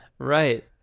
right